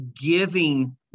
giving